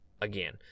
again